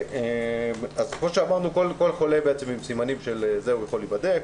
כפי שאמרנו, כל חולה עם סימנים יכול להיבדק.